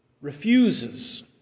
refuses